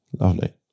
lovely